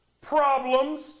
Problems